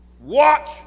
watch